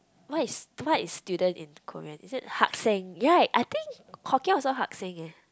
what is what is student in Korean is it haksaeng right I think Hokkien also haksaeng eh